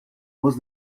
was